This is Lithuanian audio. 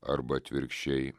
arba atvirkščiai